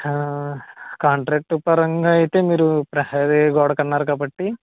contract పరంగా అయితే మీరు ప్రహరీ గోడకి అన్నారు కాబట్టి